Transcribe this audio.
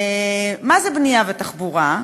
מה זה בנייה ותחבורה?